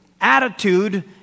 attitude